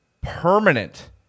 permanent